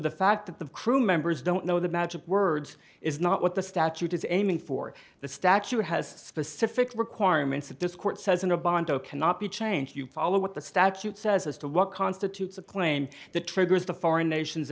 the fact that the crew members don't know the magic words is not what the statute is aiming for the statute has specific requirements that this court says in a bondo cannot be changed you follow what the statute says as to what constitutes a claim that triggers the foreign nations